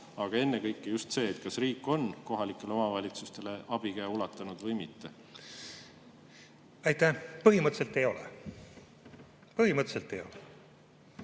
Aga ennekõike just küsimus: kas riik on kohalikele omavalitsustele abikäe ulatanud või mitte? Aitäh! Põhimõtteliselt ei ole. Põhimõtteliselt ei ole!